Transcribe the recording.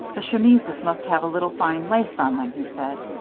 the chemises must have a little fine lace on them, he said.